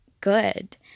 good